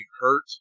hurt